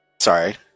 Sorry